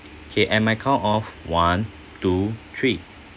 okay and my count of one two three